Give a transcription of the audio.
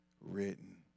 written